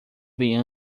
vem